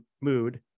mood